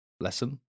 lesson